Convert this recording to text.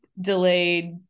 delayed